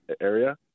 area